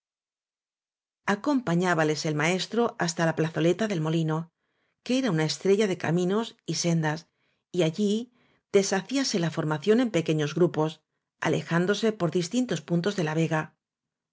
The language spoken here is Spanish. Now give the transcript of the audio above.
acompañábales el maestro hasta la plazo leta del molino que era una estrella de cami nos y sendas y allí deshacíase la formación en pequeños grupos alejándose por distintos pun tos de la vega